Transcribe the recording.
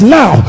now